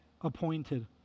appointed